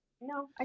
No